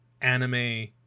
anime